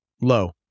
Low